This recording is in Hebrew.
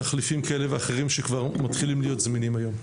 תחליפים כאלה ואחרים שכבר מתחילים להיות זמינים היום.